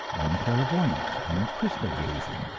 or in clairvoyance, or in crystal gazing.